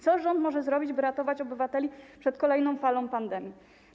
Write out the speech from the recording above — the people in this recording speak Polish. Co rząd może zrobić, by ratować obywateli przed kolejną falą pandemii?